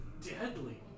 deadly